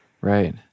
Right